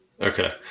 Okay